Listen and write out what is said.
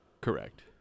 Correct